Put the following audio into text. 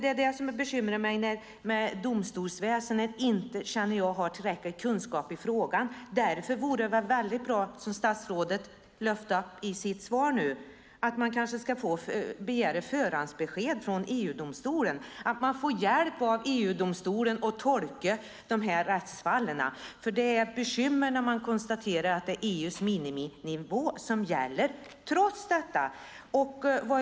Det bekymrar mig när jag känner att domstolsväsendet inte har tillräcklig kunskap i frågan. Därför borde det vara väldigt bra, som statsrådet lyfte upp i sitt svar, att man kanske skulle begära förhandsbesked från EU-domstolen, så att man får hjälp av EU-domstolen att tolka rättsfallen. Det är ett bekymmer när man konstaterar att det är EU:s miniminivå som gäller trots detta.